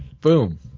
Boom